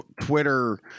Twitter